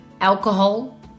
alcohol